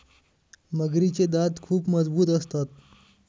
मगरीचे दात खूप मजबूत असतात